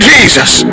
Jesus